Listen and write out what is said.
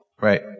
Right